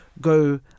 go